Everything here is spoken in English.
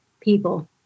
people